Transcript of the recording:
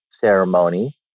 ceremony